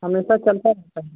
हमेशा चलता रहता है